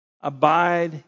abide